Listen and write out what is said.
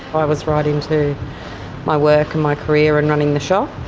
i was right into my work and my career and running the shop.